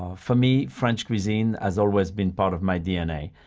ah for me french cuisine has always been part of my dna.